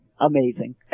amazing